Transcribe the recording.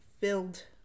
filled